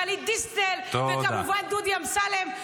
גלית דיסטל וכמובן דודי אמסלם.